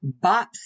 bops